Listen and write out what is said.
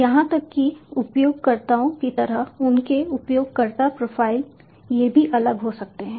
यहां तक कि उपयोगकर्ताओं की तरह उनके उपयोगकर्ता प्रोफाइल ये भी अलग हो सकते हैं